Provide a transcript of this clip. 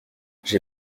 j’ai